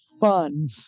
fun